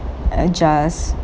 adjust